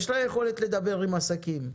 יש לה יכולת לדבר עם עסקים.